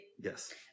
Yes